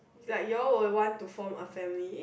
like you all will want to form a family